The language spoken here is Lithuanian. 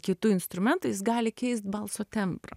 kitų instrumentų jis gali keisti balso tembrą